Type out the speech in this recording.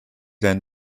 than